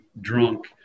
drunk